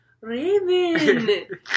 Raven